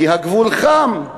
כי הגבול חם.